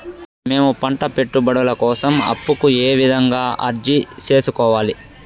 మేము పంట పెట్టుబడుల కోసం అప్పు కు ఏ విధంగా అర్జీ సేసుకోవాలి?